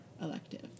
elective